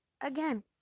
Again